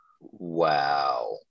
Wow